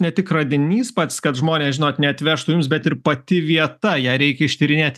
ne tik radinys pats kad žmonės žinot neatvežtų jums bet ir pati vieta ją reikia ištyrinėti